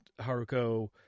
Haruko